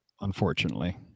Unfortunately